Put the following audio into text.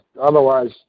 otherwise